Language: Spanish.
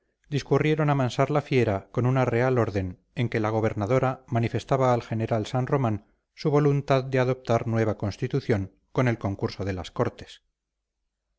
discurrieron amansar la fiera con una real orden en que la gobernadora manifestaba al general san román su voluntad de adoptar nueva constitución con el concurso de las cortes